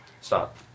Stop